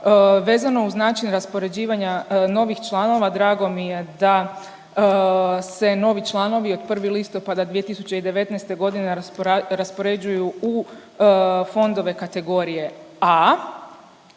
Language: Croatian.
vezano uz način raspoređivanja novih članova, drago mi je da se novi članovi od 1. listopada 2019. g. raspoređuju u fondove kategorije A.